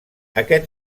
aquest